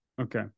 okay